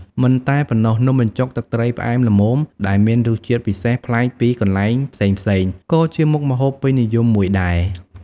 មិនតែប៉ុណ្ណោះ នំបញ្ចុក ទឹកត្រីផ្អែមល្មមដែលមានរសជាតិពិសេសប្លែកពីកន្លែងផ្សេងៗក៏ជាមុខម្ហូបពេញនិយមមួយដែរ។